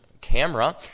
Camera